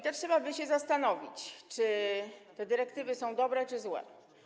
Trzeba by się zastanowić, czy te dyrektywy są dobre, czy są złe.